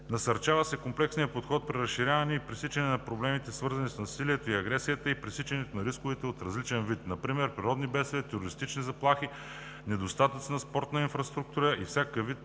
Насърчава се комплексният подход при разрешаване и пресичане на проблемите, свързани с насилието и агресията, и пресичането на рискове от различен вид (например природни бедствия, терористични заплахи, недостатъци на спортната инфраструктура и всякакъв вид